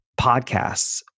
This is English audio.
podcasts